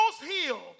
healed